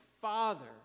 Father